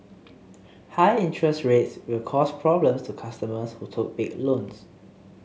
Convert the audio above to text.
high interest rates will cause problems to customers who took big loans